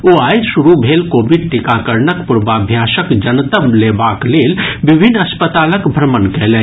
ओ आइ शुरू भेल कोविड टीकाकरणक पूर्वाभ्यासक जनतब लेबाक लेल विभिन्न अस्पतालक भ्रमण कयलनि